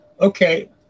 Okay